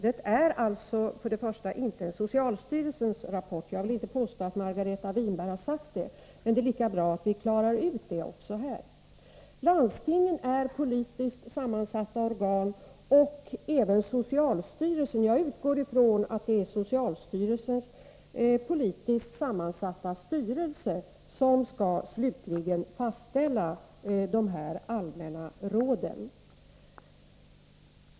Det är alltså inte socialstyrelsen som har gjort det — jag vill inte påstå att Margareta Winberg har sagt något annat, men det är viktigt att vi får detta klart för oss. Landstingen är som sagt politiskt sammansatta organ, och ett sådant är även socialstyrelsen. Jag utgår ifrån att det är socialstyrelsens politiskt sammansatta styrelse som slutgiltigt skall fastställa de allmänna råden.